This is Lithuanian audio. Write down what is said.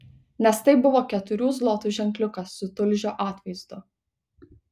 nes tai buvo keturių zlotų ženkliukas su tulžio atvaizdu